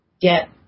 get